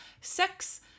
sex